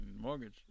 mortgage